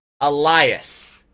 Elias